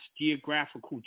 geographical